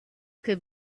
could